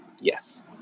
Yes